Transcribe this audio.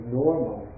normal